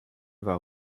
war